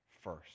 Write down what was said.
first